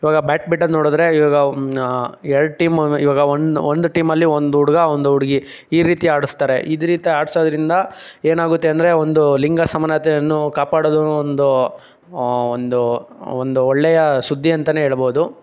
ಈವಾಗ ಬ್ಯಾಡ್ಮಿಟನ್ ನೋಡಿದ್ರೆ ಈವಾಗ ಎರಡು ಟೀಮ್ ಈವಾಗ ಒಂದು ಒಂದು ಟೀಮಲ್ಲಿ ಒಂದು ಹುಡುಗ ಒಂದು ಹುಡುಗಿ ಈ ರೀತಿ ಆಡಸ್ತಾರೆ ಇದೇ ರೀತಿ ಆಡ್ಸೋದ್ರಿಂದ ಏನಾಗುತ್ತೆ ಅಂದರೆ ಒಂದು ಲಿಂಗ ಸಮಾನತೆಯನ್ನು ಕಾಪಾಡೋದು ಒಂದು ಒಂದು ಒಂದು ಒಳ್ಳೆಯ ಸುದ್ದಿ ಅಂತಾನೇ ಹೇಳ್ಬೋದು